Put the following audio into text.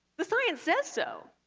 the science says so.